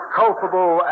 culpable